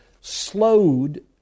slowed